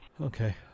Okay